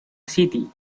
city